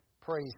Praise